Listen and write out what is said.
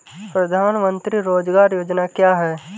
प्रधानमंत्री रोज़गार योजना क्या है?